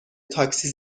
تاکسی